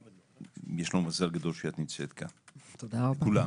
מזל גדול שאת נמצאת כאן, כולם,